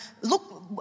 look